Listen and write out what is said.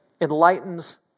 enlightens